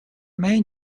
main